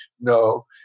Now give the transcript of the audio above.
No